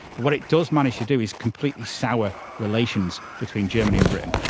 what it does manage to do is completely sour relations between germany and britain.